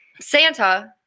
Santa